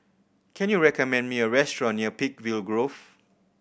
can you recommend me a restaurant near Peakville Grove